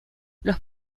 los